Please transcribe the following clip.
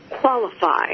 qualify